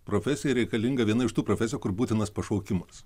profesijai reikalinga viena iš tų profesijų kur būtinas pašaukimas